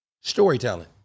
Storytelling